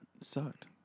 sucked